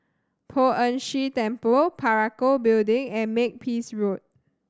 Poh Ern Shih Temple Parakou Building and Makepeace Road